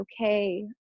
okay